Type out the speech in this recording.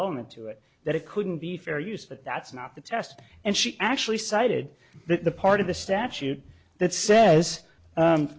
element to it that it couldn't be fair use that that's not the test and she actually cited the part of the statute that says